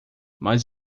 mas